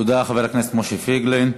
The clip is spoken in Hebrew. תודה, חבר הכנסת משה פייגלין.